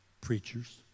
preachers